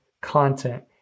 content